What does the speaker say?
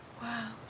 Wow